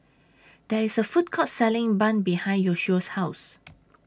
There IS A Food Court Selling Bun behind Yoshio's House